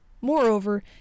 Moreover